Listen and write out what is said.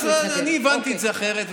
אני הבנתי את זה אחרת,